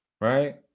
Right